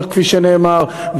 כפי שנאמר,